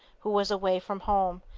who was away from home,